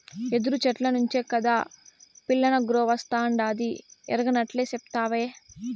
యెదురు చెట్ల నుంచే కాదా పిల్లనగ్రోవస్తాండాది ఎరగనట్లే సెప్తావే